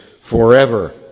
forever